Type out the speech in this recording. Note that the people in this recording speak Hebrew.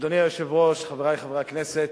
אדוני היושב-ראש, חברי חברי הכנסת,